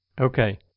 Okay